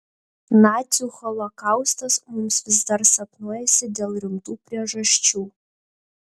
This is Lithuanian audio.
nacių holokaustas mums vis dar sapnuojasi dėl rimtų priežasčių